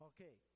Okay